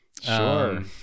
Sure